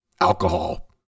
alcohol